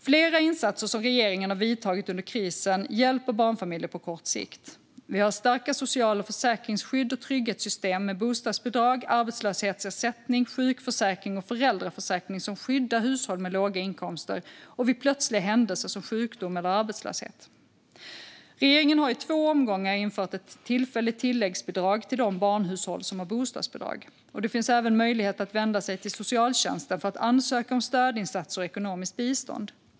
Flera insatser som regeringen har vidtagit under krisen hjälper barnfamiljer på kort sikt. Vi har starka socialförsäkringsskydd och trygghetssystem med bostadsbidrag, arbetslöshetsersättning, sjukförsäkring och föräldraförsäkring, som skyddar hushåll med låga inkomster och skyddar vid plötsliga händelser som sjukdom eller arbetslöshet. Regeringen har i två omgångar infört ett tillfälligt tilläggsbidrag för de barnhushåll som har bostadsbidrag. Det finns även möjlighet att vända sig till socialtjänsten för att ansöka om stödinsatser och ekonomiskt bistånd.